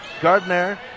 Gardner